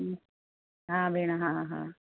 हा भेणु हा हा